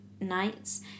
nights